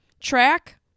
track